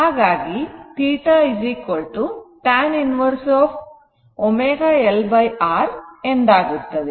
ಹಾಗಾಗಿ θ tan inverse ωL R ಎಂದಾಗುತ್ತದೆ